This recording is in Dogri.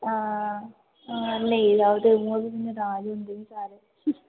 हां हां लेईं लैऔ ते उ'यां बी नराज होंदे निं सारे